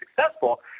successful